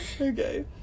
okay